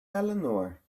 eleanor